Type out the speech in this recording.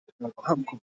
מילוסלבסקי ואברהם קומרוב,